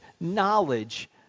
knowledge